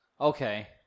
Okay